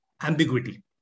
ambiguity